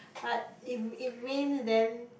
but if it if it rain then